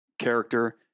character